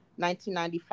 1995